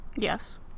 Yes